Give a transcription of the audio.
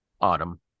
Autumn